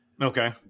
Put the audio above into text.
Okay